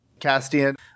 Castian